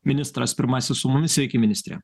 ministras pirmasis su mumis sveiki ministre